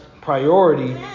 priority